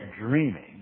dreaming